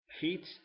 heat